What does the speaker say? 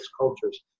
cultures